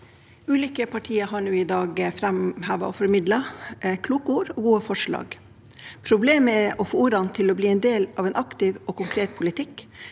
Ulike partier har nå i dag framhevet og formidlet kloke ord og gode forslag. Problemet er å få ordene til å bli en del av en aktiv og konkret politikk,